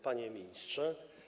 Panie Ministrze!